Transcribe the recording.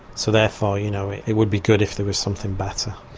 so therefore you know it it would be good if there was something better.